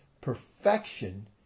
perfection